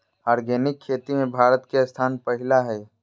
organic खेती में भारत के स्थान पहिला हइ